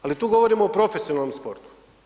Ali tu govorimo o profesionalnom sportu.